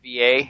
VA